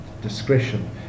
discretion